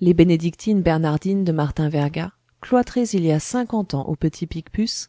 les bénédictines bernardines de martin verga cloîtrées il y a cinquante ans au petit picpus